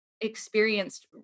experienced